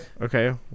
Okay